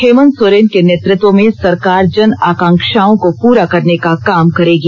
हेमंत सोरेन के नेतृत्व में सरकार जन आकांक्षाओं को पूरा करने का काम करेगी